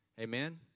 Amen